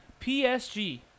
PSG